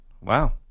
Wow